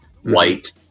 white